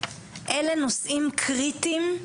אלה נושאים קריטיים,